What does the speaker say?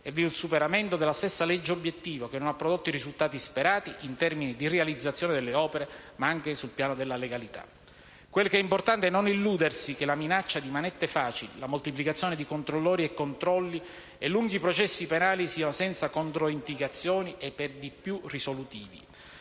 ed il superamento della stessa legge obiettivo che non ha prodotto i risultati sperati in termini dì realizzazione delle opere, ma anche sul piano della legalità. Quel che è importante è non illudersi che la minaccia di manette facili, la moltiplicazione di controllori e controlli e lunghi processi penali siano senza controindicazioni e per di più risolutivi.